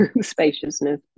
spaciousness